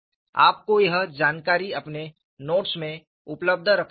आपको यह जानकारी अपने नोट्स में उपलब्ध रखनी होगी